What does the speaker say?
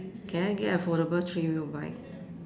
can I get a foldable three wheel bike